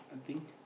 I think